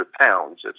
pounds